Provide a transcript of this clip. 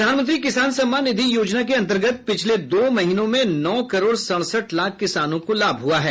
प्रधानमंत्री किसान सम्मान निधि योजना के अंतर्गत पिछले दो महीनों में नौ करोड़ सड़सठ लाख किसानों को लाभ हुआ है